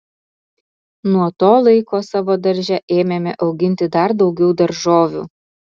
nuo to laiko savo darže ėmėme auginti dar daugiau daržovių